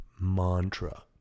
mantra